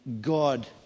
God